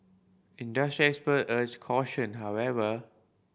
industry expert urged caution however